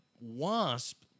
wasp